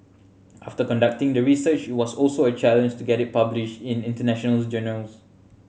after conducting the research it was also a challenge to get it published in international journals